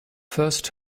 first